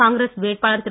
காங்கிரஸ் வேட்பாளர் திரு